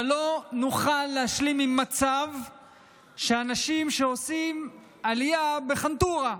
אבל לא נוכל להשלים עם מצב שאנשים עושים עלייה בחלטורה,